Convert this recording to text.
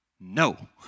No